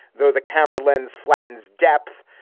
though the camera lens flattens depth,